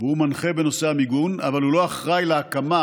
והוא מנחה בנושא המיגון, אבל הוא לא אחראי להקמה,